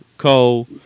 Cole